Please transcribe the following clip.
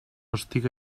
estiga